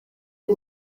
ngo